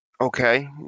Okay